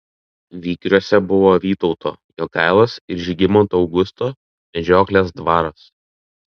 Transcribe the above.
vygriuose buvo vytauto jogailos ir žygimanto augusto medžioklės dvaras